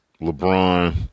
LeBron